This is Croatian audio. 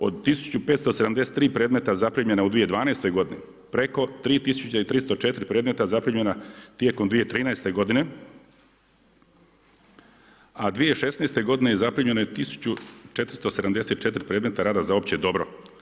Od 1573 predmeta zaprimljena u 2012. godini preko 3304 predmeta zaprimljena tijekom 2013. godine, a 2016. godine zaprimljeno je 1474 predmeta rada za opće dobro.